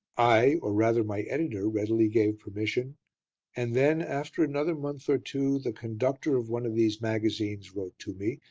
i or, rather, my editor readily gave permission and then, after another month or two, the conductor of one of these magazines wrote to me,